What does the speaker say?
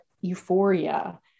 euphoria